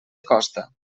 acosta